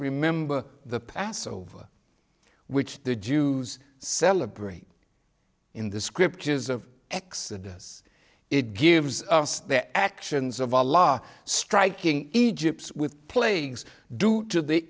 remember the passover which the jews celebrate in the scriptures of exodus it gives us the actions of a law striking egypt with plagues due to the